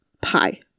pie